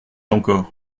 encore